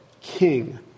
King